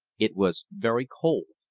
it was very cold.